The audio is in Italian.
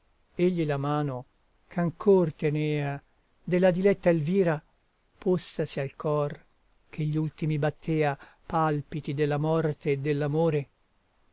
egli la mano ch'ancor tenea della diletta elvira postasi al cor che gli ultimi battea palpiti della morte e